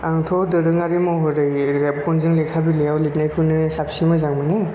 आंथ' दोरोङारि महरै रेबगनजों लेखा बिलाइयाव लिरनायखौनो साबसिन मोजां मोनो